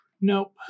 Nope